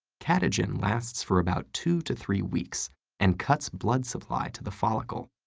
catagen lasts for about two to three weeks and cuts blood supply to the follicle,